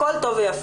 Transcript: הכל טוב ויפה,